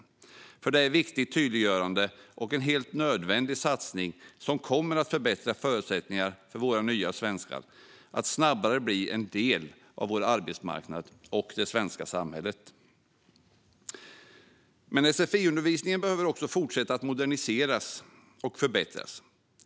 Det är ett viktigt tydliggörande och en helt nödvändig satsning som kommer att förbättra förutsättningarna för våra nya svenskar att snabbare bli en del av vår arbetsmarknad och det svenska samhället. Men sfi-undervisningen behöver också fortsätta att moderniseras och förbättras.